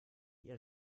ihr